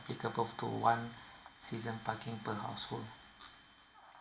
applicable to one season parking per household